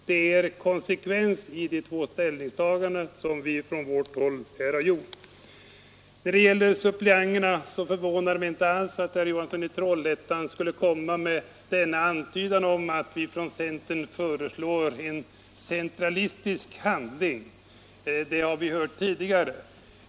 Det är således konsekvens i de två ställningstaganden som vi har gjort. När det gäller suppleanterna förvånar det mig inte alls att herr Johansson i Trollhättan skulle komma med denna antydan att vi från centern föreslår en centralistisk handling — det har vi hört tidigare.